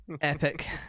Epic